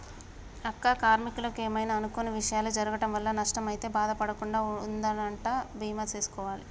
అక్క కార్మీకులకు ఏమైనా అనుకొని విషయాలు జరగటం వల్ల నష్టం అయితే బాధ పడకుండా ఉందనంటా బీమా సేసుకోవాలి